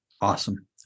Awesome